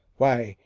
why,